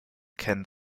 kennen